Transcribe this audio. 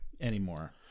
Anymore